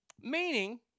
Meaning